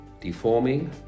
deforming